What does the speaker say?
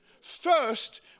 First